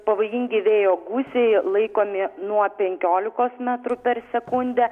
pavojingi vėjo gūsiai laikomi nuo penkiolikos metrų per sekundę